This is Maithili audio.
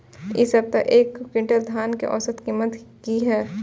इ सप्ताह एक क्विंटल धान के औसत कीमत की हय?